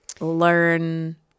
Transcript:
learn